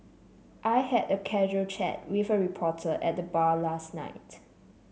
I had a casual chat with a reporter at the bar last night